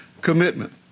commitment